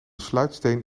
sluitsteen